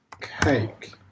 cake